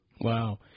Wow